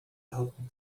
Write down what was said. hatten